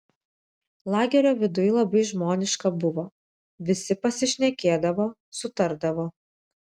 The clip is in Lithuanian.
lagerio viduj labai žmoniška buvo visi pasišnekėdavo sutardavo